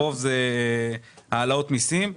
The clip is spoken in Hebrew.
הרוב זה העלאות מיסים.